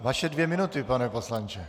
Vaše dvě minuty, pane poslanče!